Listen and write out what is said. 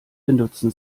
benutzen